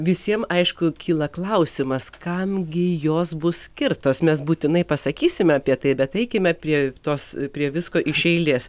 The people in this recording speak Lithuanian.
visiem aišku kyla klausimas kam gi jos bus skirtos mes būtinai pasakysime apie tai bet eikime prie tos prie visko iš eilės